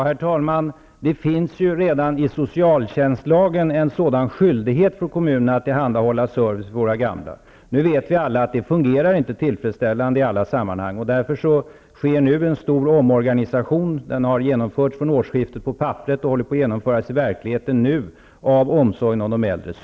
Herr talman! Det finns ju redan i socialtjänstlagen inskriven en skyldighet för kommunerna att tillhandahålla en sådan service för våra gamla. Men vi vet alla att detta inte fungerar tillfredsställande i alla sammanhang. Därför sker nu en stor omorganisation -- den genomfördes på papperet vid årsskiftet och håller nu på att genomföras i verkligheten -- av omsorgen om de äldre.